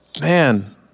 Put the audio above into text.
Man